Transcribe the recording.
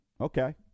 Okay